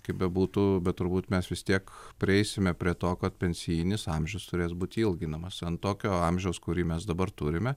kaip bebūtų bet turbūt mes vis tiek prieisime prie to kad pensijinis amžius turės būti ilginamas ant tokio amžiaus kurį mes dabar turime